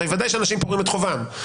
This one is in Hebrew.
הרי ודאי שאנשים פורעים את חובם.